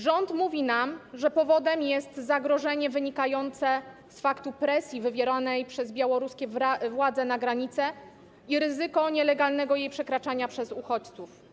Rząd mówi nam, że powodem jest zagrożenie wynikające z faktu presji wywieranej przez białoruskie władze na granicy i ryzyko nielegalnego jej przekraczania przez uchodźców.